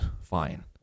fine